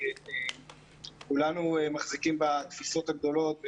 כולנו מחזיקים בתפיסות הגדולות.